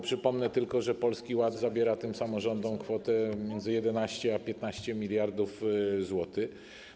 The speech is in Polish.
Przypomnę tylko, że Polski Ład zabiera samorządom kwotę między 11 a 15 mld zł.